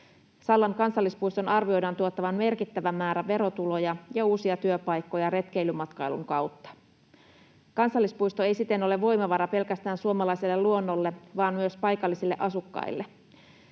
Sallan kansallispuiston arvioidaan tuottavan merkittävä määrä verotuloja ja uusia työpaikkoja retkeilymatkailun kautta. Kansallispuisto ei siten ole voimavara pelkästään suomalaiselle luonnolle vaan myös paikallisille asukkaille.